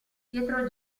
pietro